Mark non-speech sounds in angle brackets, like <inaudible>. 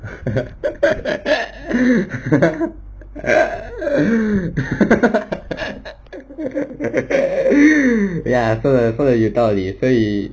<laughs> ya 说得说得有道理所以